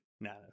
No